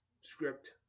script